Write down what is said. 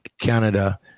Canada